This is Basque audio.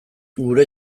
gure